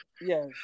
Yes